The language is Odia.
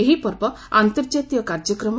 ଏହି ପର୍ବ ଏକ ଅନ୍ତର୍ଜାତୀୟ କାର୍ଯ୍ୟକ୍ରମ